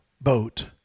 boat